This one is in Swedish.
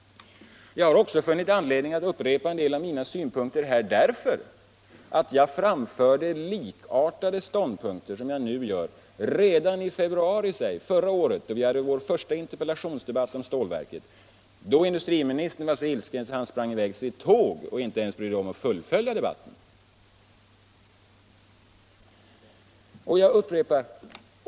Jag har också funnit anledning att upprepa en del av mina synpunkter här därför att jag framförde likartade synpunkter som jag gör nu redan i februari förra året då vi hade den första interpellationsdebatten om stålverket och då industriministern var så ilsken att han sprang i väg till sitt tåg och inte ens brydde sig om att fullfölja debatten.